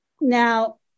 Now